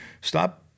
stop